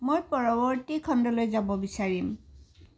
মই পৰৱৰ্তী খণ্ডলৈ যাব বিচাৰিম